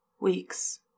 Weeks